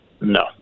No